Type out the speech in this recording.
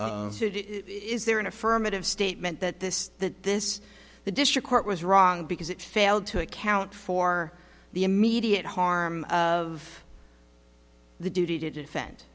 it is there an affirmative statement that this that this the district court was wrong because it failed to account for the immediate harm of the duty to defend